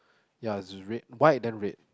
ya it's red white then red